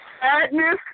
Sadness